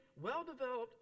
well-developed